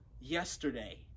yesterday